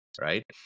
right